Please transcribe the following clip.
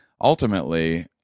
ultimately